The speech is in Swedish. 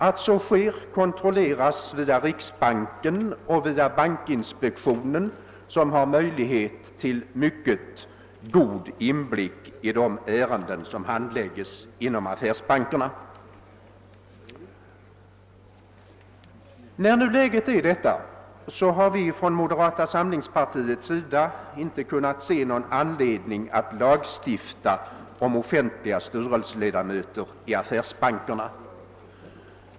Att så sker kontrolleras via riksbanken och via bankinspektionen, som har möjlighet till mycket god inblick i de ärenden som handlägges inom affärsbankerna. När nu läget är detta har vi inom moderata samlingspartiet inte kunnat se någon anledning att lagstifta om offentliga styrelseledamöter i affärsbankerna.